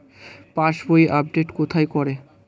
পাসবই update কোথায় করে?